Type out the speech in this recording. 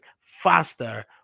faster